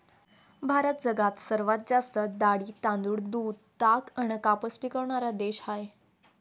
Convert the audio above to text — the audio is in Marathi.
भारत जगात सर्वात जास्त डाळी, तांदूळ, दूध, ताग अन कापूस पिकवनारा देश हाय